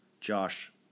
Josh